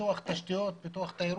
פיתוח תשתיות, פיתוח תיירות,